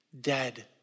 Dead